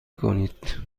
کنید